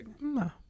No